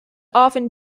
often